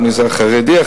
אחד במגזר החרדי,